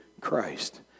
Christ